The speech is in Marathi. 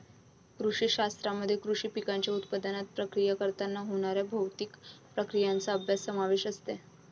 कृषी शास्त्रामध्ये कृषी पिकांच्या उत्पादनात, प्रक्रिया करताना होणाऱ्या भौतिक प्रक्रियांचा अभ्यास समावेश असते